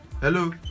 Hello